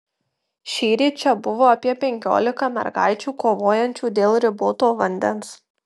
šįryt čia buvo apie penkiolika mergaičių kovojančių dėl riboto vandens